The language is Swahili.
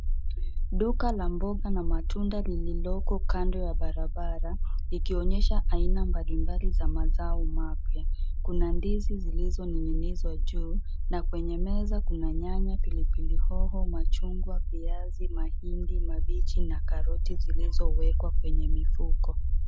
Duka la mboga na matunda lililoko kando ya barabara, likionyesha aina mbalimbali za mazao mapya. Kuna ndizi zilizoningwa juu na kwenye meza kuna nyanya, pilipili hoho, machungwa, viazi, mahindi mabichi na karoti zilizowekwa kwenye mifuko.